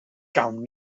gawn